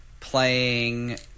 Playing